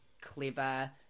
clever